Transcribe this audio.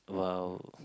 !wow!